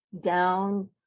down